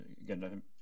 Again